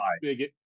big